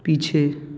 पीछे